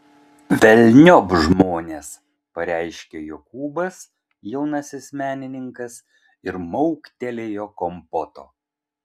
velniop žmones pareiškė jokūbas jaunasis menininkas ir mauktelėjo kompoto